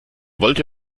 wollte